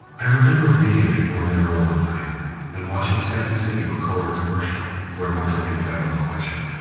i remember being at morgan earl one night and watching second city record a commercial for an upcoming federal election.